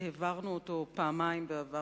שהעברנו אותו פעמיים בעבר,